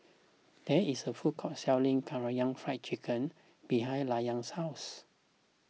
there is a food court selling Karaage Fried Chicken behind Layne's house